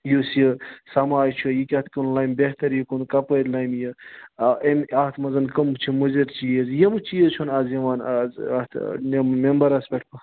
یُس یہِ سماج چھُ یہِ کَتھ کُن لَمہِ بہتری کُن کَپٲرۍ لَمہِ یہِ اے ایم اَتھ مَنزَن کُم چھِ مُضر چیٖز یِم چیٖز چھُنہٕ آز دِوان آز اَتھ مٮ۪مبَرَس پٮ۪ٹھ کانہہ